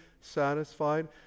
satisfied